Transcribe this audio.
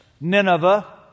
Nineveh